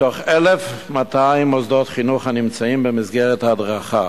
מתוך 1,200 מוסדות חינוך הנמצאים במסגרת ההדרכה